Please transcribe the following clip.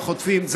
לא חוטפים,